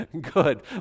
Good